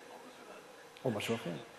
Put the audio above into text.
או משהו אחר.